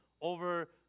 over